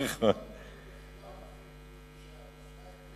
תרופות נגד בחילה מוכרים בלי מרשם.